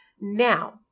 Now